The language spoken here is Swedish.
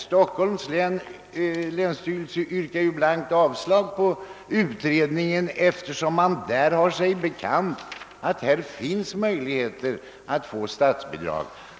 Stockholms läns länsstyrelse yrkar blankt avslag på förslaget om utredning, eftersom man där har sig bekant att det redan finns möjligheter att få statsbidrag.